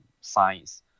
science